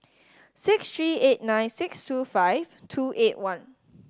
six three eight nine six two five two eight one